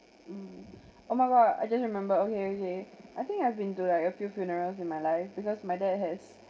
mm oh my god I just remember okay okay I think I've been to like a few funerals in my life because my dad has